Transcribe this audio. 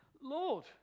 Lord